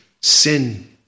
sin